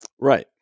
right